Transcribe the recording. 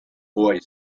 boy